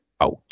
out